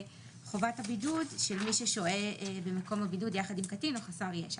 חובת הבידוד של מי ששוהה במקום הבידוד יחד עם קטין או חסר ישע.